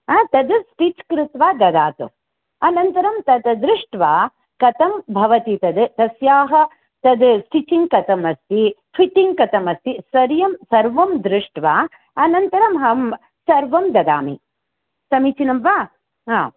हा तद् स्टिच् कृत्वा ददातु अनन्तरं तत् दृष्ट्वा कथं भवति तद् तस्याः तद् स्टिचिङ्ग् कथमस्ति फिट्टिङ्ग् कथमस्ति सरियं सर्वं दृष्ट्वा अनन्तरम् अहं सर्वं ददामि समीचीनं वा हा